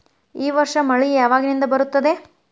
ಈ ವರ್ಷ ಮಳಿ ಯಾವಾಗಿನಿಂದ ಬರುತ್ತದೆ?